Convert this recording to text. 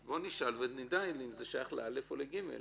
אז נשאל ונדע אם זה שייך ל-(א) או ל-(ג).